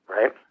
Right